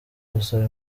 gusaba